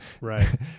right